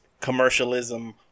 commercialism